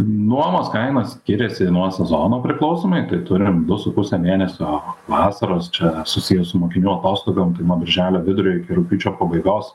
nuomos kainos skiriasi nuo sezono priklausomai tai turim du su puse mėnesio vasaros čia susiję su mokinių atostogom tai nuo birželio vidurio iki rugpjūčio pabaigos